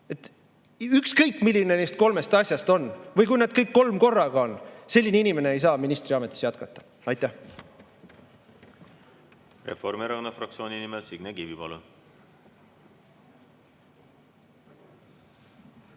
Ükskõik, milline neist kolmest asjast on, või kui nad kõik kolm korraga on – selline inimene ei saa ministriametis jätkata. Aitäh! Reformierakonna fraktsiooni nimel Signe Kivi, palun!